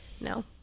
No